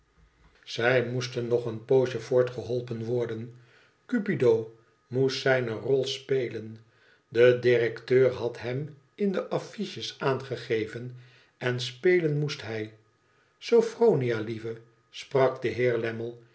zij moesten nog een poosje voortgeholpen worden cupido moest zijne rol spelen de directeur had hem in de affiches aangegeven en spelen moest hij sophronia lieve sprak de